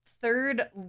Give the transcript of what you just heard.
third